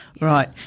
Right